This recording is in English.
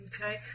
Okay